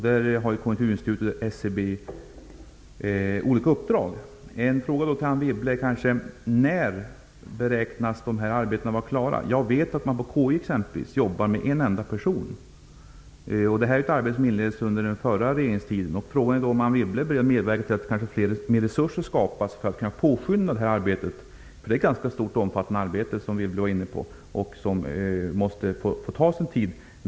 Där har ju Konjunkturinstitutet och SCB olika uppdrag. En fråga till Anne Wibble blir då: När beräknas dessa arbeten vara klara? Jag vet att en enda person jobbar med detta på KI. Detta är ju ett arbete som inleddes under den förra regeringen. Frågan är om Anne Wibble är beredd att medverka till att mer resurser skapas för att kunna påskynda det här arbetet. Det är ett ganska stort och omfattande arbete som måste få ta sin tid.